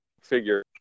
figure